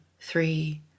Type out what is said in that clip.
three